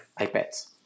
iPads